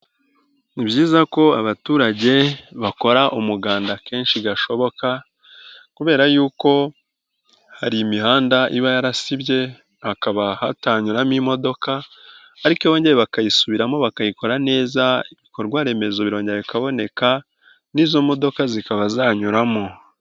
Ni byiza ko abaturage bakora umuganda kenshi gashoboka kubera yuko hari imihanda iba yarasibye, hakaba hatanyuramo imodoka ariko iyo bongeye bakayisubiramo bakayikora neza, ibikorwa remezo birongera bikaboneka n'izo modoka zikaba zanyuramo.